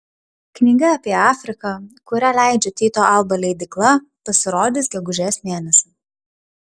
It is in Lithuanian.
knyga apie afriką kurią leidžia tyto alba leidykla pasirodys gegužės mėnesį